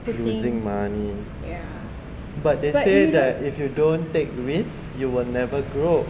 losing money but they say that if you don't take risks you will never grow